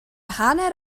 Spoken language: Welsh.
hanner